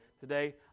today